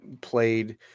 played